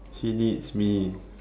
she needs me